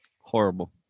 Horrible